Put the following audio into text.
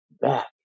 back